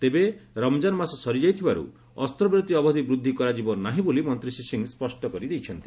ତେବେ ରମ୍ଜାନ୍ ମାସ ସରିଯାଇଥିବାରୁ ଅସ୍ତ୍ରବିରତି ଅବଧି ବୃଦ୍ଧି କରାଯିବ ନାହିଁ ବୋଲି ମନ୍ତ୍ରୀ ଶ୍ରୀ ସିଂ ସ୍ୱଷ୍ଟ କରି ଦେଇଛନ୍ତି